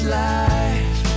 life